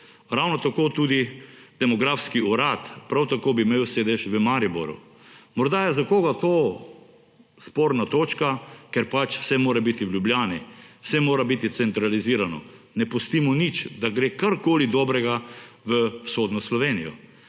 ravno tako tudi demografski urad, prav tako bi imel sedež v Mariboru. Morda je za koga to sporna točka, ker pač vse mora biti v Ljubljani, vse mora biti centralizirano. Ne pustimo nič, da gre karkoli dobrega v vzhodno Slovenijo.